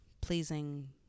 pleasing